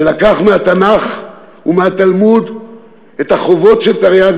שלקח מהתנ"ך ומהתלמוד את החובות של תרי"ג